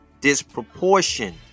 Disproportion